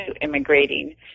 immigrating